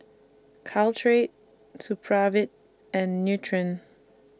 Caltrate Supravit and Nutren